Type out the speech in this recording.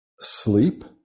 Sleep